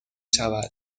شود